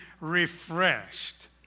refreshed